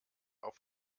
auf